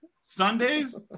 Sundays